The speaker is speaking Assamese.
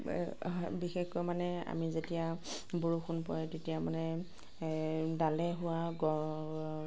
বিশেষকৈ মানে আমি যেতিয়া বৰষুণ পৰে তেতিয়া মানে এ ডালে হোৱা গছ